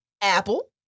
Apple